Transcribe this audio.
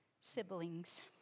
siblings